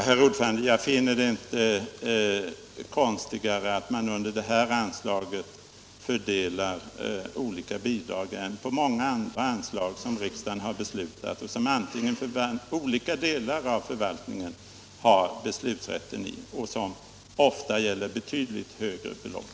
Herr talman! Jag finner det inte konstigare att man ur detta anslag fördelar olika bidrag än att man gör det ur många andra anslag som riksdagen beslutat och där olika delar av förvaltningen har den slutliga fördelningsrätten. Där gäller det också ofta betydligt högre belopp.